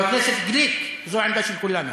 חבר הכנסת גליק, זו העמדה של כולנו.